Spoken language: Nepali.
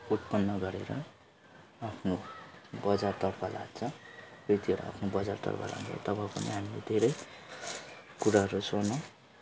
उत्पन्न गरेर आफ्नो बजारतर्फ लाग्छ त्यति बेला आफ्नो बजारतर्फ लाग्दा तब पनि हामीले धेरै कुराहरू छोड्न